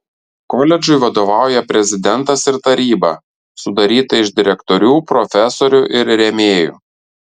koledžui vadovauja prezidentas ir taryba sudaryta iš direktorių profesorių ir rėmėjų